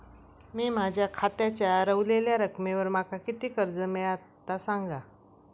मी माझ्या खात्याच्या ऱ्हवलेल्या रकमेवर माका किती कर्ज मिळात ता सांगा?